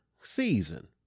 season